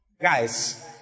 guys